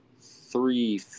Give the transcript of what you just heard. three